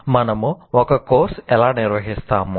మనము ఒక కోర్సు ఎలా నిర్వహిస్తాము